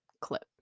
clip